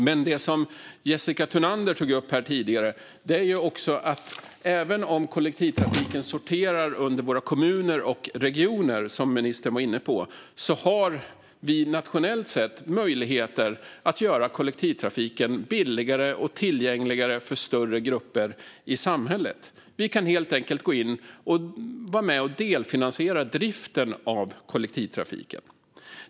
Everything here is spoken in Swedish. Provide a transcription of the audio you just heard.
Men det som Jessica Thunander tog upp är att även om kollektivtrafiken sorterar under våra kommuner och regioner har vi på nationell nivå möjlighet att göra kollektivtrafiken billigare och mer tillgänglig för större grupper i samhället. Vi kan helt enkelt vara med och delfinansiera driften av kollektivtrafiken.